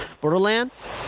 borderlands